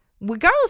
regardless